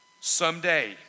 someday